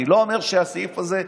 אני לא אומר שהסעיף הזה,